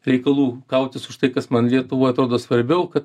reikalų kautis už tai kas man lietuvoj atrodo svarbiau kad